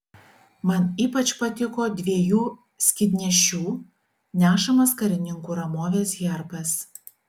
man ypač patiko dviejų skydnešių nešamas karininkų ramovės herbas